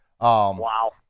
Wow